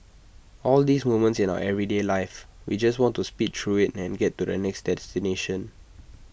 all these moments in our everyday life we just want to speed through IT and get to the next destination